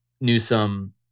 Newsom